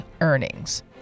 earnings